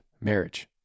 marriage